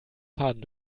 faden